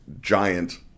giant